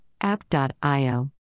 App.io